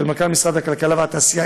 מנכ"ל משרד הכלכלה והתעשייה,